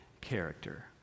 character